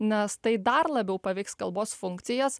nes tai dar labiau paveiks kalbos funkcijas